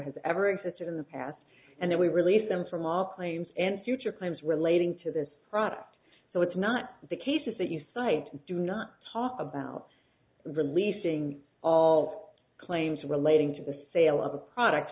has ever existed in the past and then we release them from our claims and future crimes relating to this product so it's not the cases that you cite do not talk about the leasing of claims relating to the sale of the products